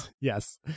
Yes